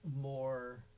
more